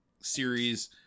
series